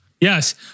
Yes